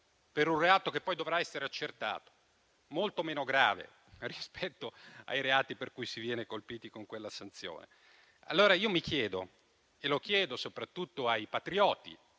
per un reato che poi dovrà essere accertato e che è molto meno grave rispetto ai reati per cui si viene colpiti con quella sanzione. Allora io mi chiedo e lo chiedo soprattutto ai patrioti,